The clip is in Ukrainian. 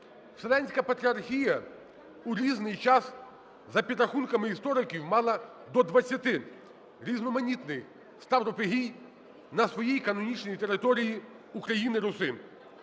Вселенська Патріархія у різний час, за підрахунками істориків, мала до 20 різноманітних ставропігій на своїй канонічній території України-Русі.